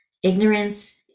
Ignorance